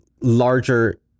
larger